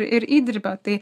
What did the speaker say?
ir įdirbio tai